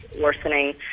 worsening